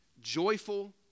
joyful